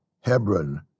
Hebron